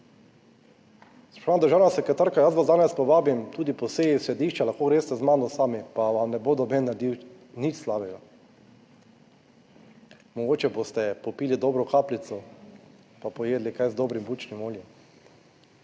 Spoštovana državna sekretarka, jaz vas danes povabim tudi po seji sodišča, lahko greste z mano sami, pa vam ne bo noben naredil nič slabega. Mogoče boste popili dobro kapljico pa pojedli kaj z dobrim bučnim oljem.